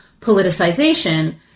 politicization